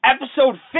episode